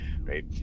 right